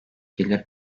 gelir